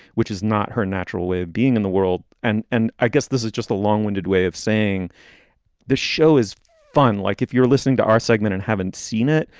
which is not her natural way of being in the world. and and i guess this is just a long winded way of saying this show is fun. like if you're listening to our segment and haven't seen it,